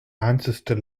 ancestor